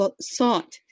sought